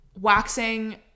waxing